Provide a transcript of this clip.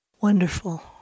Wonderful